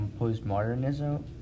postmodernism